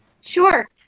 Sure